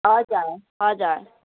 हजुर हजुर